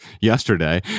yesterday